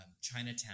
Chinatown